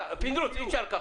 פינדרוס, אי אפשר ככה.